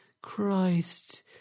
Christ